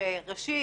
שראשית